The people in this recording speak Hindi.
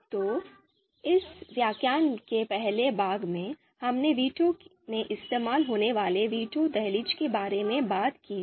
तो इस व्याख्यान के पहले भाग में हमने वीटो में इस्तेमाल होने वाले वीटो दहलीज के बारे में बात की थी